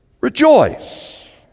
rejoice